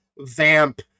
Vamp